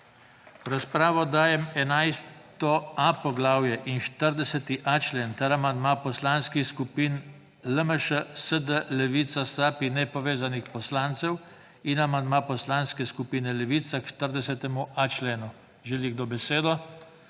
razpravo dajem 11.a poglavje in 40.a člen ter amandma poslanskih skupin LMŠ, SD, Levica, SAB in nepovezanih poslancev in amandma Poslanske skupine Levica k 40.a členu. Želi kdo besedo?